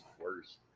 worse